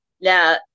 Now